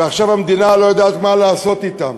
ועכשיו המדינה לא יודעת מה לעשות אתם.